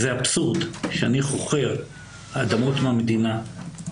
זה אבסורד שאני חוכר אדמות מהמדינה.